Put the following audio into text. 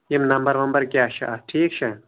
یِم نمبر ومبر کیاہ چھِ اتھ ٹھیٖک چھا